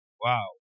Wow